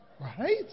Right